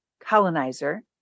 colonizer